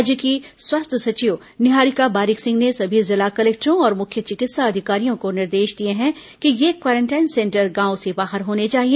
राज्य की स्वास्थ्य सचिव निहारिका बारिक सिंह ने सभी जिला कलेक्टरों और मुख्य चिकित्सा अधिकारियों को निर्देश दिए हैं कि ये क्वारेंटाइन सेंटर गांव से बाहर होने चाहिए